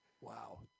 Wow